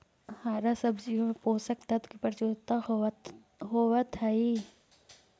हरा सब्जियों में पोषक तत्व की प्रचुरता होवत हई